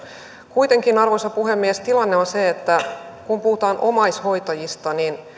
kuitenkin arvoisa puhemies tilanne on se että kun puhutaan omaishoitajista niin